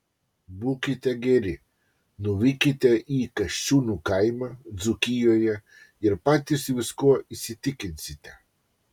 būkite geri nuvykite į kasčiūnų kaimą dzūkijoje ir patys viskuo įsitikinsite